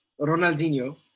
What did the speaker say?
Ronaldinho